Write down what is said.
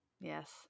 Yes